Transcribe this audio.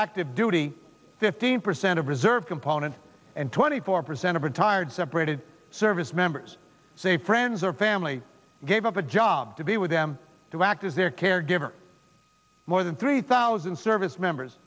active duty fifteen percent of reserve component and twenty four percent of retired separated service members say friends or family gave up a job to be with them to act as their caregiver more than three thousand service members